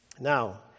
Now